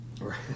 Right